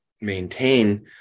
maintain